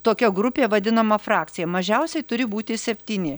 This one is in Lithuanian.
tokia grupė vadinama frakcija mažiausiai turi būti septyni